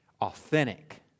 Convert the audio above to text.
authentic